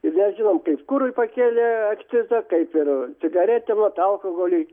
ir mes žinom kaip kurui pakėlė akcizą kaip ir cigaretėm vat alkoholiui